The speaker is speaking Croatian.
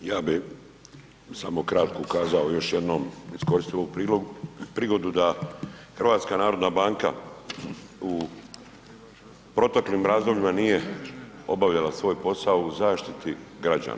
Evo, ja bi samo kratko ukazao još jednom, iskoristio ovu prigodu da HNB u proteklim razdobljima nije obavljala svoj posao u zaštiti građana.